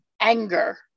anger